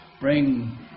bring